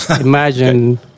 Imagine